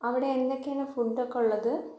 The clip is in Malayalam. അവിടെ എന്തൊക്കെയാണ് ഫുഡ് ഒക്കെയുള്ളത്